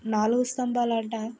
నాలుగు స్తంభాలాట